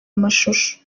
amashusho